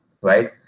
right